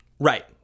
Right